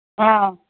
ꯑꯥꯎ